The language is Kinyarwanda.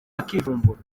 bakivumbura